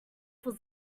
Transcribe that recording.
for